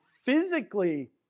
physically